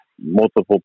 multiple